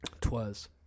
Twas